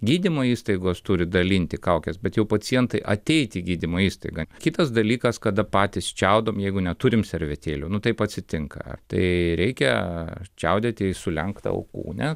gydymo įstaigos turi dalinti kaukes bet jau pacientai ateiti į gydymo įstaigą kitas dalykas kada patys čiaudom jeigu neturim servetėlių nu taip atsitinka ar tai reikia čiaudėti į sulenktą alkūnę